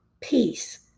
peace